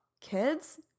kids